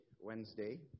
Wednesday